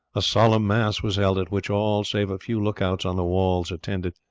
a solemn mass was held, at which all save a few look-outs on the walls attended,